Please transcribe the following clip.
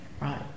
Right